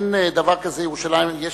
אין דבר כזה ירושלים המזרחית,